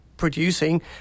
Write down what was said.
producing